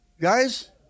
Guys